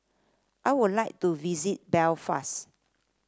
I would like to visit Belfast